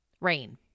rain